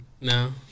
No